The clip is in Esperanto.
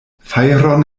fajron